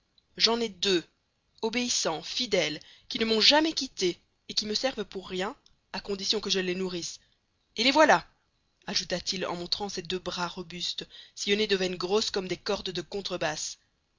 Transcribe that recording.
j'en ai deux obéissants fidèles qui ne m'ont jamais quitté et qui me servent pour rien à condition que je les nourrisse et les voilà ajouta-t-il en montrant ses deux bras robustes sillonnés de veines grosses comme des cordes de contrebasse